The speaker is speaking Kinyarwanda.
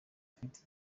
afite